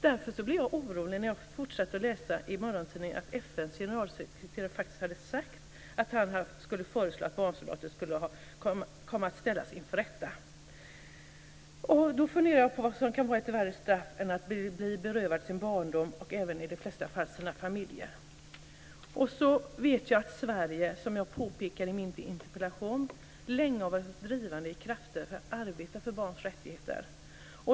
Därför blev jag orolig när jag fortsatte att läsa i morgontidningen att FN:s generalsekreterare faktiskt hade sagt att han skulle föreslå att barnsoldater kunde komma att ställas inför rätta. Jag funderade över vad som kan vara ett värre straff än att bli berövad sin barndom och i de flesta fall även sina familjer. Jag vet att Sverige, som jag påpekade i min interpellation, länge har varit drivande bland de krafter som arbetar för barns rättigheter.